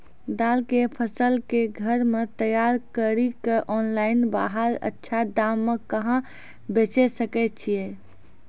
दाल के फसल के घर मे तैयार कड़ी के ऑनलाइन बाहर अच्छा दाम मे कहाँ बेचे सकय छियै?